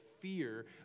fear